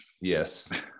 Yes